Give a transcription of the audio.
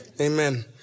Amen